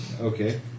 Okay